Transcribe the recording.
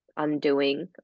undoing